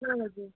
नौ वजे